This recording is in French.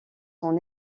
son